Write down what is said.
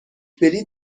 بلیط